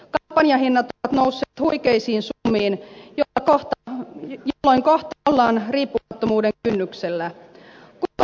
kampanjahinnat ovat nousseet huikeisiin summiin jolloin kohta ollaan riippumattomuuden kynnyksellä